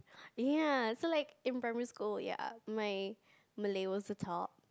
ya so like in primary school ya my Malay was the top